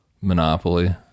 Monopoly